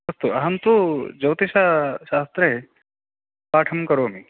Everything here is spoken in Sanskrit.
अस्तु अहं तु ज्योतिषशास्त्रे पाठं करोमि